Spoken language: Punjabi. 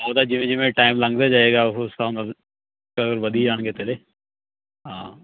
ਉਹ ਤਾਂ ਜਿਵੇਂ ਜਿਵੇਂ ਟਾਈਮ ਲੰਘਦਾ ਜਾਏਗਾ ਉਹ ਉਸ ਸਾਹਿਬ ਨਾਲ ਫੋਲੋਵਰ ਵਧੀ ਜਾਣਗੇ ਤੇਰੇ ਹਾਂ